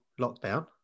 lockdown